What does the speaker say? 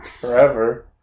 Forever